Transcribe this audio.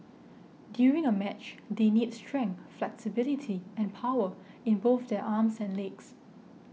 during a match they need strength flexibility and power in both their arms and legs